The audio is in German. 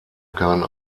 keinen